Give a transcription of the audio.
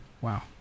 Wow